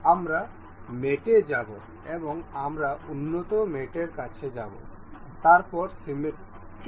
আমরা মেটে যাব এবং আমরা উন্নত মেটর কাছে যাব তারপর সিমিট্রিক